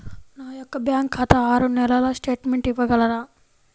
నా యొక్క బ్యాంకు ఖాతా ఆరు నెలల స్టేట్మెంట్ ఇవ్వగలరా?